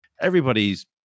everybody's